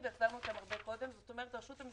לא ייחשב לו העניין לגבי החוק הזה של מס הרכישה.